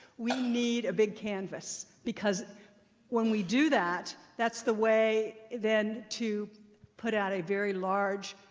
we need a big canvas. because when we do that, that's the way, then, to put out a very large,